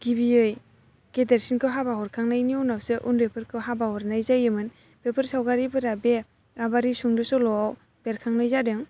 गिबियै गेदेरसिनखौ हाबा हरखांनायनि उनावसो उन्दैफोरखौ हाबा हरनाय जायोमोन बेफोर सावगारिफोरा बे आबारि सुंद' सल'आव बेरखांनाय जादों